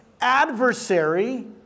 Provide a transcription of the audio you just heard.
adversary